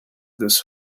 this